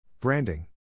Branding